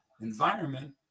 environment